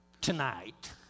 Tonight